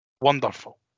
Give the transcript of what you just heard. Wonderful